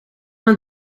het